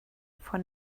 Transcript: for